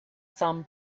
some